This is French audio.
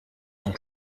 ton